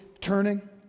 turning